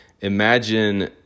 imagine